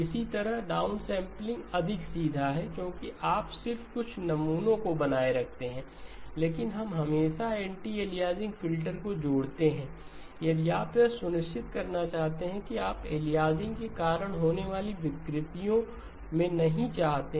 इसी तरह डाउनसैंपलिंग अधिक सीधा है क्योंकि आप सिर्फ कुछ नमूनों को बनाए रखते हैं लेकिन हम हमेशा एंटी एलियासिंग फिल्टर को जोड़ते हैं यदि आप यह सुनिश्चित करना चाहते हैं कि आप एलियासिंग के कारण होने वाली विकृतियों में नहीं चाहते हैं